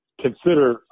consider